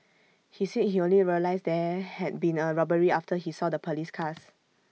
he said he only realised there had been A robbery after he saw the Police cars